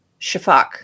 Shafak